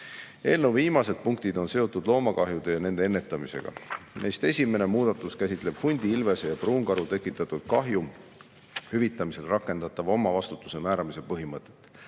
Eelnõu viimased punktid on seotud loomakahjude ja nende ennetamisega. Neist esimene muudatus käsitleb hundi, ilvese ja pruunkaru tekitatud kahju hüvitamisele rakendatava omavastutuse määramise põhimõtet.